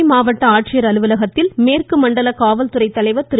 கோவை மாவட்ட ஆட்சியர் அலுவலகத்தில் மேற்கு மண்டல காவல்துறை தலைவர் திரு